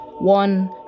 One